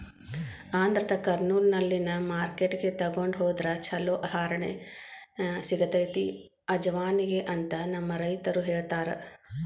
ಆಂಧ್ರದ ಕರ್ನೂಲ್ನಲ್ಲಿನ ಮಾರ್ಕೆಟ್ಗೆ ತೊಗೊಂಡ ಹೊದ್ರ ಚಲೋ ಧಾರಣೆ ಸಿಗತೈತಿ ಅಜವಾನಿಗೆ ಅಂತ ನಮ್ಮ ರೈತರು ಹೇಳತಾರ